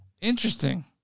Interesting